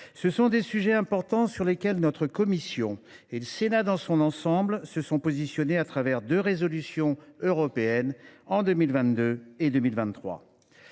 Ce sont des sujets importants, sur lesquels notre commission et le Sénat dans son ensemble ont pris position au travers de deux résolutions européennes, en 2022 et 2023.